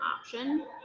option